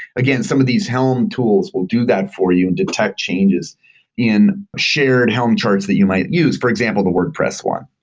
again, some of these helm tools will do that for you and detect changes in shared helm charts that you might use. for example, the wordpress one.